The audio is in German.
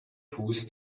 fuß